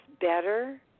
better